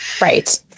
Right